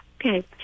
Okay